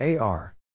AR